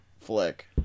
flick